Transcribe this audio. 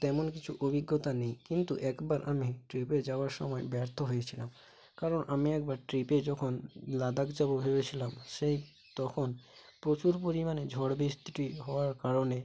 তেমন কিছু অভিজ্ঞতা নেই কিন্তু একবার আমি ট্রিপে যাওয়ার সময় ব্যর্থ হয়েছিলাম কারণ আমি একবার ট্রিপে যখন লাদাখ যাব ভেবেছিলাম সেই তখন প্রচুর পরিমাণে ঝড়বৃষ্টিটি হওয়ার কারণে